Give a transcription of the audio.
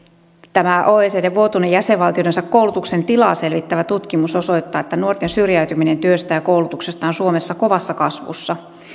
tämä oecdn vuotuinen jäsenvaltioidensa koulutuksen tilaa selvittävä tutkimus osoittaa että nuorten syrjäytyminen työstä ja koulutuksesta on suomessa kovassa kasvussa